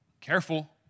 careful